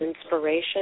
inspiration